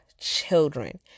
children